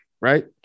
right